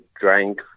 drank